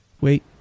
wait